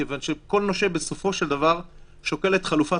כיוון שכל נושה בסופו של דבר שוקל את חלופת